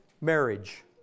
marriage